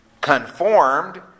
Conformed